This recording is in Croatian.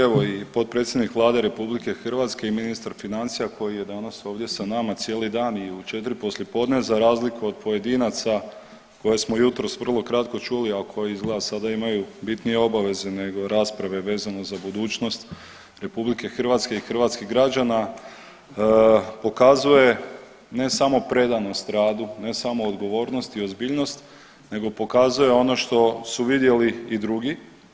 Evo i potpredsjednik Vlade Republike Hrvatske i ministar financija koji je danas ovdje s nama cijeli dan i u 4 poslije podne za razliku od pojedinaca koje smo jutros vrlo kratko čuli, a koji izgleda sada imaju bitnije obaveze nego rasprave vezane za budućnost Republike Hrvatske i hrvatskih građana pokazuje ne samo predanost radu, ne samo odgovornost i ozbiljnost, nego pokazuje ono što su vidjeli i drugi.